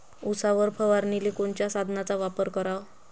उसावर फवारनीले कोनच्या साधनाचा वापर कराव?